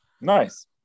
nice